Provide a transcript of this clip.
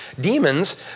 demons